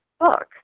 book